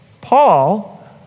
Paul